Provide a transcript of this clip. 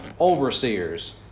overseers